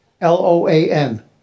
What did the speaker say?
L-O-A-N